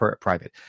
private